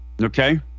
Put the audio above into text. Okay